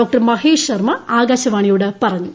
മഹേഷ് മഹേഷ് ശർമ്മ ആകാശവാണിയോട് പറഞ്ഞു